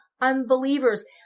unbelievers